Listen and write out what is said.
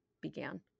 began